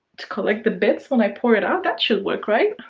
to collect the bits when i pour it out. that should work, right?